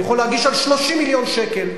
אתה יכול להגיש על 30 מיליון שקלים.